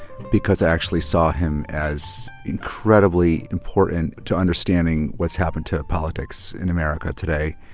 because i actually saw him as incredibly important to understanding what's happened to politics in america today.